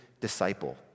disciple